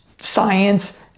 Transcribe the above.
science